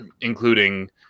including